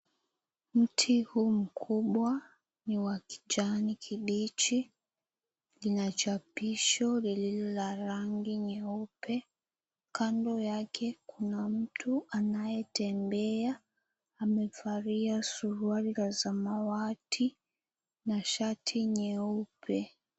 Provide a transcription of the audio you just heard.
Mti huu mkubwa ni wa kijani kibichi. Lina chapisho lililo la rangi nyeupe. Kando yake kuna mtu anayetembea amevalia suruali ya samawati na shati nyeupe.